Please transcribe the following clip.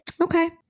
okay